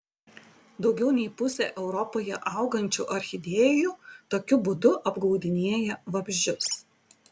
daugiau nei pusė europoje augančių orchidėjų tokiu būdu apgaudinėja vabzdžius